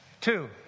Two